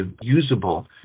usable